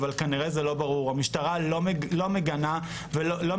אבל כנראה זה לא ברור: המשטרה לא מגנה ולא